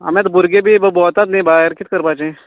आमी आतां भुरगें बी भोंवतात न्ही भायर किद करपाचे